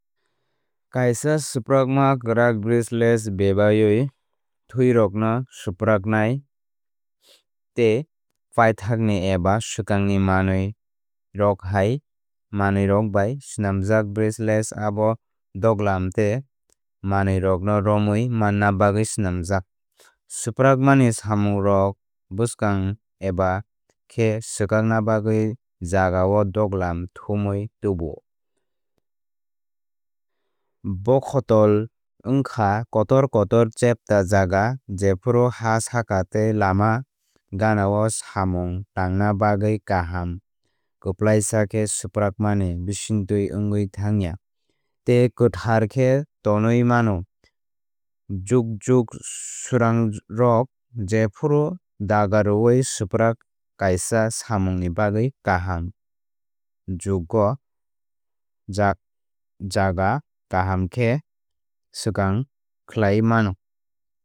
Kaisa swprakma kwrak bristles bebaiwi thẃirokno swpraknai tei paithakni manwui eba swkangni manwirok hai manwirok bai swnamjak bristles abo duglam tei manwirokno romwi manna bagwi swnamjak. Swprakmani samungrok bwskang eba khe swkakna bagwi jagao duglam thumwi tubuo. Bokhotol wngkha kotor kotor chepta jaga jephru ha saka tei lama ganao samung tangna bagwi kaham kwplaisa khe swprakmani bisingtwi wngwi thangya tei kwthar khe tonwi mano. Jukjuk swrangrok jephru dagaroui swprak kaisa samungni bagwi kaham jukju jugo jagao kaham khe swkang swkang khlaiwi mano.